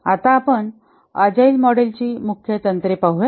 आता आपण अजाईल मॉडेलची मुख्य तंत्रे पाहूया